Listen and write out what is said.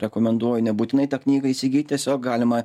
rekomenduoju nebūtinai tą knygą įsigyt tiesiog galima